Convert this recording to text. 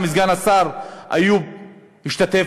וגם סגן השר איוב השתתף,